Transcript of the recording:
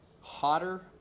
hotter